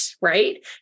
right